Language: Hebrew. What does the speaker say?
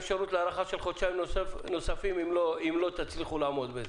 עם אפשרות להארכה של חודשיים נוספים אם לא תצליחו לעמוד בזה.